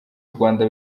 rwanda